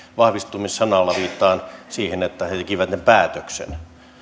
vahvistui sanalla viittaan siihen että he tekivät päätöksen